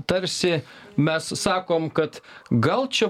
tarsi mes sakom kad gal čia